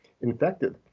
infected